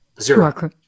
Zero